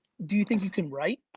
do you think you can write?